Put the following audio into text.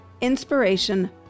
inspiration